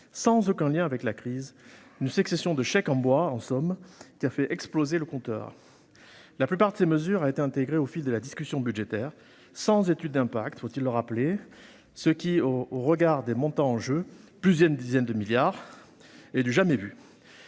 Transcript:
sans aucun lien avec la crise, une succession de chèques en bois qui a fait exploser le compteur. La plupart de ces mesures ont été intégrées au fil de la discussion budgétaire, sans étude d'impact- faut-il le rappeler ?-, ce qui, au regard des montants en jeu, soit plusieurs dizaines de milliards d'euros, est du jamais vu